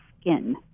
skin